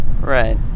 Right